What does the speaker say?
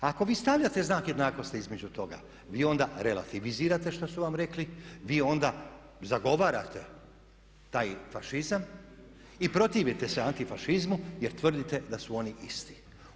Ako vi stavljate znak jednakosti između toga vi onda relativizirate što su vam rekli, vi onda zagovarate taj fašizam i protivite se antifašizmu jer tvrdite da su oni isti.